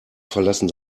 verlassen